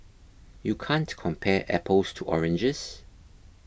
you can't compare apples to oranges